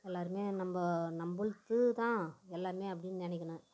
எல்லோருமே நம்ம நம்மள்து தான் எல்லோருமே அப்படின்னு நினைக்கணும்